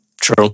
True